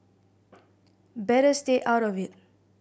better stay out of it